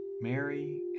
Mary